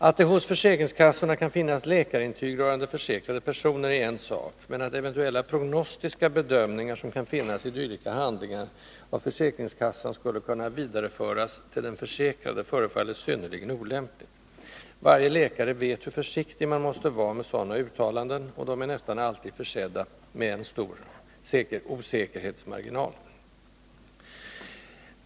Att det hos försäkringskassorna kan finnas läkarintyg rörande försäkrade personer är en sak men att eventuella prognostiska bedömningar, som kan finnas i dylika handlingar, av försäkringskassan skulle kunna vidareföras till den försäkrade förefaller synnerligen olämpligt. Varje läkare vet hur försiktig man måste vara med sådana uttalanden, och de är nästan alltid försedda med en stor osäkerhetsmarginal.